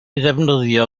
ddefnyddio